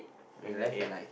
under eight